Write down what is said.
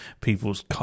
people's